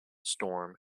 storm